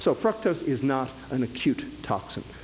so fructose is not an acute toxin,